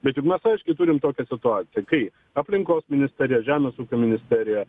bet juk mes aiškiai turim tokią situaciją kai aplinkos ministerija žemės ūkio ministerija